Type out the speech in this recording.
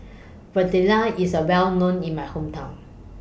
Fritada IS Well known in My Hometown